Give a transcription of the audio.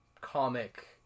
comic